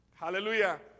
Hallelujah